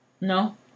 No